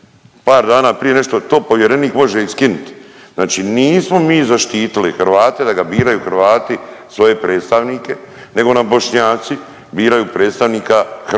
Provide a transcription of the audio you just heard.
par dana prije nego što, to povjerenik može i skinuti, znači nismo mi zaštitili Hrvate da ga biraju Hrvati svoje predstavnike nego nam Bošnjaci biraju predstavnika koji